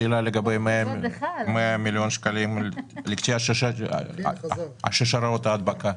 ה-100 מיליון שקלים לקטיעת שרשראות ההדבקה.